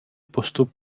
postup